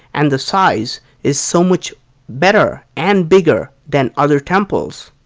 and the size is so much better and bigger than other temples?